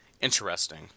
Interesting